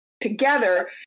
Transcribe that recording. together